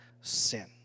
sin